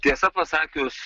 tiesą pasakius